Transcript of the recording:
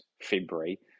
February